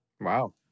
Wow